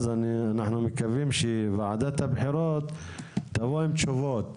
אנחנו מקווים שוועדת הבחירות תבוא עם תשובות,